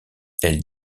elle